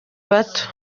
bato